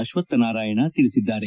ಅತ್ವತ್ನನಾರಾಯಣ ತಿಳಿಸಿದ್ದಾರೆ